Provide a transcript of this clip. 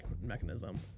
mechanism